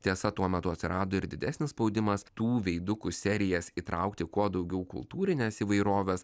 tiesa tuo metu atsirado ir didesnis spaudimas tų veidukų serijas įtraukti kuo daugiau kultūrinės įvairovės